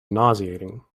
nauseating